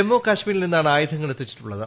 ജമ്മുകശ്മീരിൽ നിന്നാണ്ട് ആയുധങ്ങൾ എത്തിച്ചിട്ടുള്ളത്